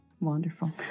Wonderful